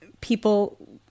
people